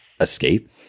escape